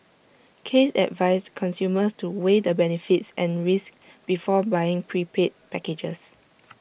case advised consumers to weigh the benefits and risks before buying prepaid packages